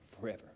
forever